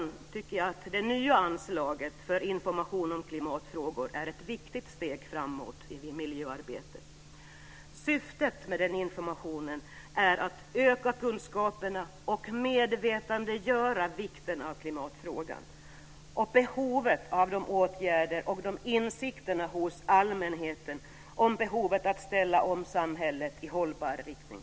Därför tycker jag att det nya anslaget för information om klimatfrågor är ett viktigt steg framåt i miljöarbetet. Syftet med informationen är att öka kunskaperna och medvetandegöra vikten av klimatfrågan hos allmänheten. Det handlar om behovet att ställa om samhället i hållbar riktning.